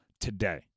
today